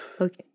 Okay